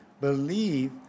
believe